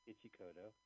Ichikoto